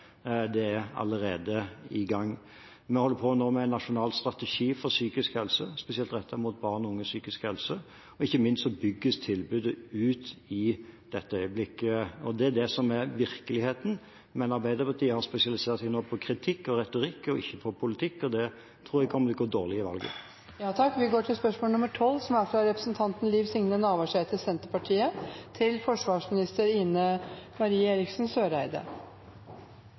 Det er allerede i gang. Vi holder nå på med en nasjonal strategi for psykisk helse spesielt rettet mot barn og unges psykiske helse, og ikke minst bygges tilbudet ut i dette øyeblikk. Det er det som er virkeligheten, men Arbeiderpartiet har nå spesialisert seg på kritikk og retorikk og ikke på politikk, og det bruker å gå dårlig i valg. «Heimevernet har fått 40 pst. fleire nøkkelobjekt å beskytte, som